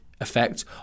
effect